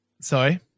sorry